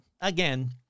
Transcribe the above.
Again